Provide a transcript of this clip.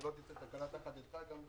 שלא תצא תקלה תחת ידך.